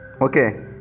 okay